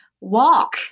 walk